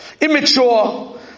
Immature